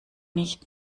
nicht